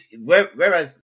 whereas